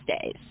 days